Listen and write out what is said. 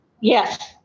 Yes